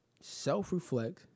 self-reflect